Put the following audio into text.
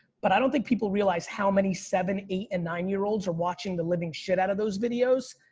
but i don't think people realize how many seven, eight and nine year olds are watching the living shit out of those videos,